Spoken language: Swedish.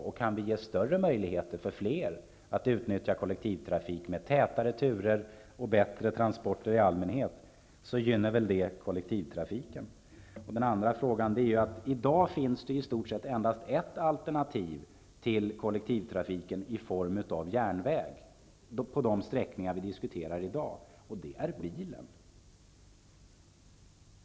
Om vi kan ge större möjligheter för fler att utnyttja kollektivtrafik med tätare turer och bättre transporter i allmänhet gynnar väl det kollektivtrafiken? I dag finns det i stort sett endast ett alternativ till kollektivtrafiken i form av järnväg på de sträckningar som vi diskuterar i dag, och det är bilen.